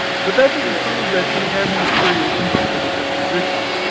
but that didn't prove that he hadn't material in him for the disposition,